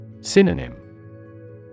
Synonym